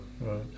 right